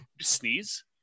Sneeze